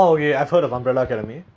umbrella academy and